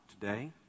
today